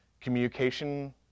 communication